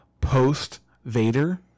post-Vader